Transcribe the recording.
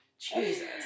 Jesus